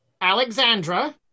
Alexandra